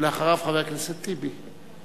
ואחריו, חבר הכנסת טיבי.